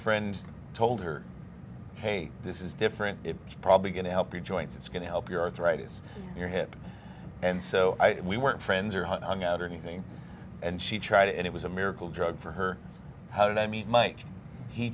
friend told her hey this is different it is probably going to help your joints it's going to help your arthritis your hip and so we weren't friends or hung out or anything and she tried it and it was a miracle drug for her how did i meet mike he